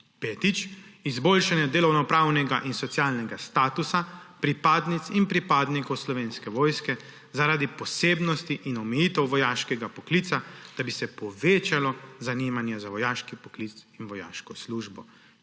Petič, izboljšanje delovnopravnega in socialnega statusa pripadnic in pripadnikov Slovenske vojske zaradi posebnosti in omejitev vojaškega poklica, da bi se povečalo zanimanje za vojaški poklic in vojaško službo.